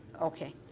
okay.